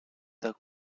the